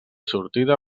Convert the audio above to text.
sortida